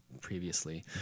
previously